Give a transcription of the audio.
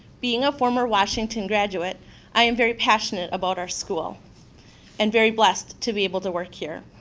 being a former washington graduate i am very passionate about our school and very blessed to be able to work here.